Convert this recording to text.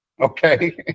okay